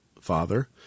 father